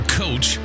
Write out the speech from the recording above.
coach